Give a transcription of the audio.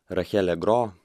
rachelė gro